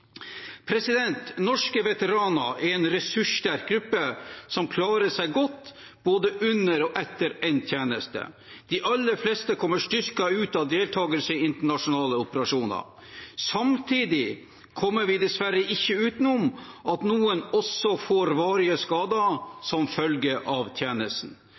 Norske veteraner er en ressurssterk gruppe som klarer seg godt både under og etter endt tjeneste. De aller fleste kommer styrket ut av deltakelse i internasjonale operasjoner. Samtidig kommer vi dessverre ikke utenom at noen også får varige skader som følge av tjenesten.